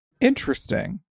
Interesting